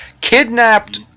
Kidnapped